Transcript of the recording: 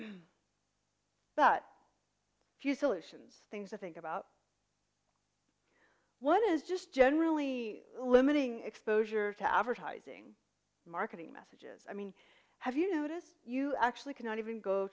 solutions things i think about what is just generally limiting exposure to advertising marketing messages i mean have you noticed you actually cannot even go